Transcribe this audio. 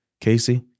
Casey